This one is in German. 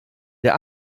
der